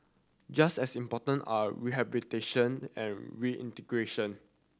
just as important are rehabilitation and reintegration